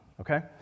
okay